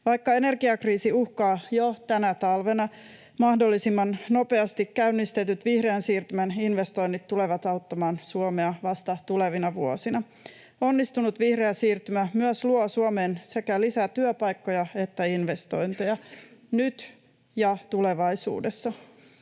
Vaikka energiakriisi uhkaa jo tänä talvena, mahdollisimman nopeasti käynnistetyt vihreän siirtymän investoinnit tulevat auttamaan Suomea vasta tulevina vuosina. Onnistunut vihreä siirtymä myös luo Suomeen sekä lisää työpaikkoja että investointeja nyt ja tulevaisuudessa.